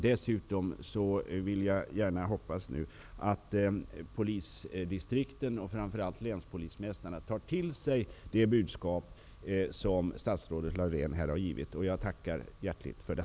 Dessutom hoppas jag att polisdistrikten, och framför allt länspolismästarna, tar till sig av det budskap som statsrådet Laurén har givit här. Jag tackar hjärtligt för det.